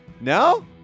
No